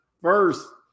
First